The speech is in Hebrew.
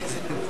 את הקור?